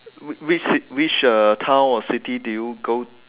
whi which which uh town or city did you go